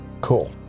Cool